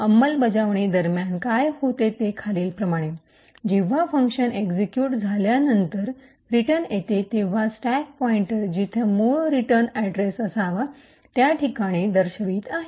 अंमलबजावणीदरम्यान काय होते ते खालीलप्रमाणेः जेव्हा फंक्शन एक्सिक्यूट झाल्या नंतर रिटर्न येते तेव्हा स्टॅक पॉइंटर जिथे मूळ रिटर्न अड्रेस असावा त्या ठिकाणी दर्शवित आहे